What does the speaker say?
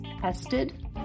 tested